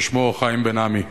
ששמו חיים בן-עמי.